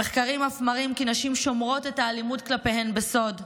המחקרים אף מראים כי נשים שומרות את האלימות כלפיהן בסוד.